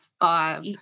Five